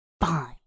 Fine